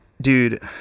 dude